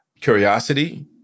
curiosity